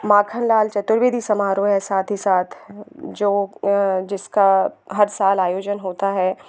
माखनलाल चतुर्वेदी समारोह है साथ ही साथ जो जिसका हर साल आयोजन होता है